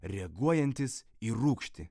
reaguojantis į rūgštį